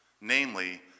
namely